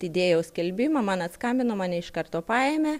įdėjau skelbimą man atskambino mane iš karto paėmė